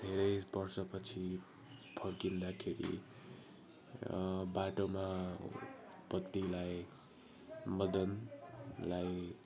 धेरै बर्षपछि फर्किँदाखेरि बाटोमा पत्नीलाई मदनलाई